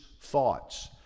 thoughts